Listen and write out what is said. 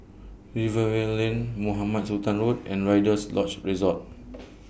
Rivervale Lane Mohamed Sultan Road and Rider's Lodge Resort